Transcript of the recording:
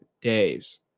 days